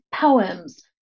poems